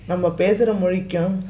நம்ம பேசுகிற மொழிக்கும்